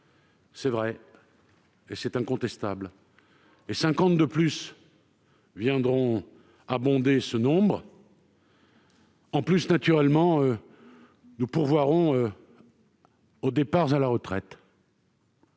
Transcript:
C'est vrai, et c'est incontestable, et 52 magistrats supplémentaires viendront abonder ce nombre. De plus, naturellement, nous pourvoirons aux départs à la retraite.